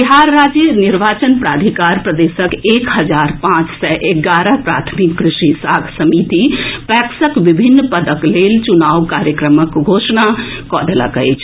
बिहार राज्य निर्वाचन प्राधिकार प्रदेशक एक हजार पांच सय एगारह प्राथमिक कृषि साख समिति पैक्सक विभिन्न पदक लेल चुनाव कार्यक्रमक घोषणा कऽ देलक अछि